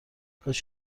کاش